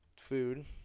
food